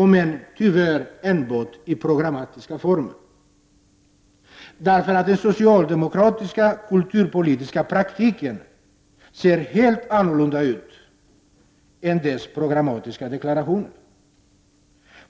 om än tyvärr enbart i programmatiska former, därför att den socialdemokratiska kulturpolitiska praktiken ser helt annorlunda ut i jämförelse med de programmatiska deklarationerna.